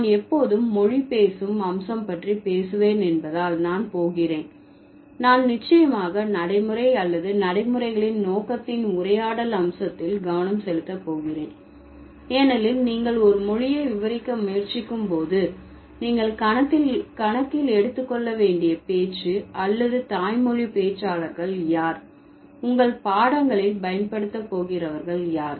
நான் எப்போதும் மொழி பேசும் அம்சம் பற்றி பேசுவேன் என்பதால் நான் போகிறேன் நான் நிச்சயமாக நடைமுறை அல்லது நடைமுறைகளின் நோக்கத்தின் உரையாடல் அம்சத்தில் கவனம் செலுத்த போகிறேன் ஏனெனில் நீங்கள் ஒரு மொழியை விவரிக்க முயற்சிக்கும் போது நீங்கள் கணக்கில் எடுத்து கொள்ள வேண்டுடிய பேச்சு அல்லது தாய்மொழி பேச்சாளர்கள் யார் யார் உங்கள் பாடங்களில் பயன்படுத்த போகிறவர்கள் யார்